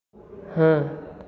हाँ